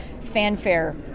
fanfare